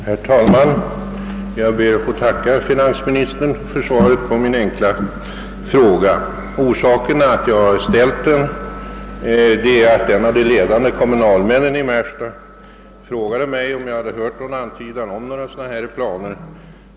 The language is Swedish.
Herr talman! Jag ber att få tacka finansministern för svaret på min enkla fråga. Orsaken till att jag framställde den var att en av de ledande kommunalmännen i Märsta för en tid sedan frågade mig, om jag hört några antydningar om sådana förläggningsplaner.